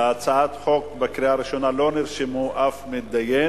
לדיון בקריאה הראשונה בהצעת החוק לא נרשם אף מתדיין.